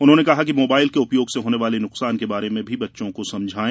उन्होंने कहा कि मोबाइल के उपयोग से होने वाले नुकसान के बारे में भी बच्चों को समझायें